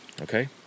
okay